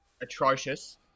atrocious